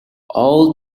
all